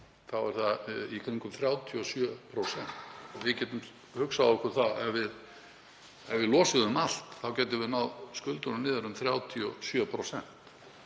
það er í kringum 37%. Við getum hugsað okkur það að ef við losuðum allt þá gætum við náð skuldunum niður um 37%.